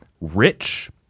rich